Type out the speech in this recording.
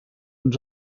ens